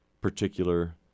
particular